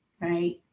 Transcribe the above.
right